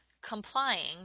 complying